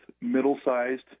middle-sized